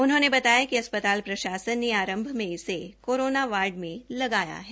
उन्होंने बताया कि अस्प्ताल प्रशासन में आंरभ में इसे कोरोना वार्ड में लगाया है